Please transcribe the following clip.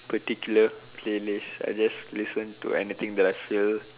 particular playlist I just listen to anything that I feel